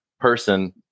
person